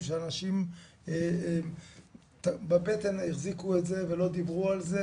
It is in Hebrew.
שאנשים בבטן החזיקו את זה ולא דיברו על זה,